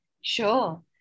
sure